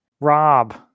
Rob